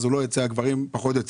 הגברים פחות יוצאים.